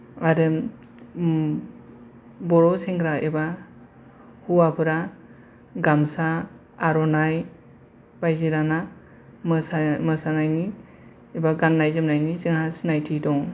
आरो ओम बर' सेंग्रा एबा हौवाफोरा गामसा आर'नाय बायदि लाना मोसानायनि एबा गाननाय जोमनायनि जोंहा सिनायथि दं